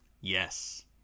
Yes